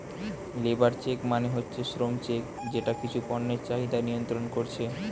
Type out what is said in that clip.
labour check মানে হচ্ছে শ্রম চেক যেটা কিছু পণ্যের চাহিদা নিয়ন্ত্রণ কোরছে